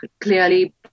clearly